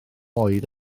oed